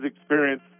experience